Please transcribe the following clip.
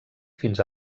fins